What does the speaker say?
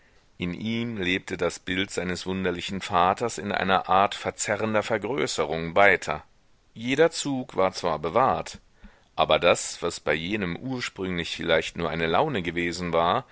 in ihm lebte das bild seines wunderlichen vaters in einer art verzerrender vergrößerung weiter jeder zug war zwar bewahrt aber das was bei jenem ursprünglich vielleicht nur eine laune gewesen war